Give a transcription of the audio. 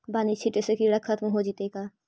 बानि छिटे से किड़ा खत्म हो जितै का?